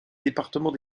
département